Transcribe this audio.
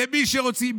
למי שרוצים,